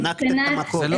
חנקת את המקום.